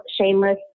shameless